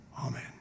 amen